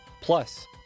plus